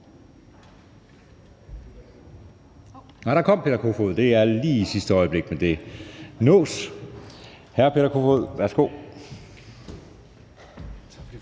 Nej, der kommer hr. Peter Kofod. Det er lige i sidste øjeblik, men det nås. Hr. Peter Kofod, værsgo.